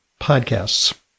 podcasts